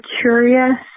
curious